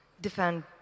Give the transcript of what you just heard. defend